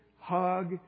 hug